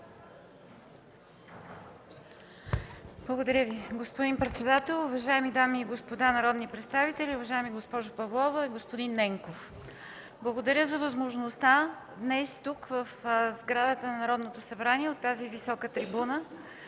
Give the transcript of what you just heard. Благодаря Ви, господин председател. Уважаеми дами и господа народни представители, уважаеми госпожо Павлова и господин Ненков! Благодарим за възможността днес тук, в сградата на Народното събрание, от тази висока трибуна